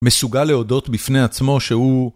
מסוגל להודות בפני עצמו שהוא